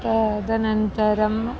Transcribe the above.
तदनन्तरं